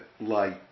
Light